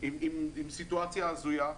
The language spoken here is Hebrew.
עם סיטואציה הזויה.